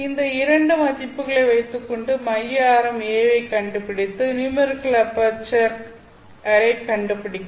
இந்த இரண்டு மதிப்புகளை வைத்துக்கொண்டு மைய ஆரம் a ஐக் கண்டுபிடித்து நியூமெரிக்கல் அபெர்ச்சரை கண்டுபிடிக்கவும்